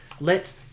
let